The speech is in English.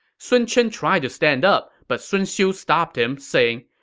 sun chen tried to stand up, but sun xiu stopped him, saying,